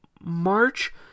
March